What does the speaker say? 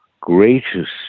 greatest